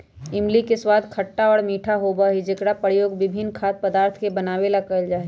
इमली के स्वाद खट्टा और मीठा होबा हई जेकरा प्रयोग विभिन्न खाद्य पदार्थ के बनावे ला कइल जाहई